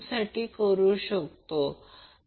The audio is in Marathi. हे लाइन करंट आहे आणि ते लाईन व्होल्टेज